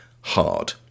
hard